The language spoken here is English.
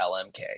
LMK